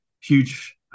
huge